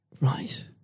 Right